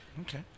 Okay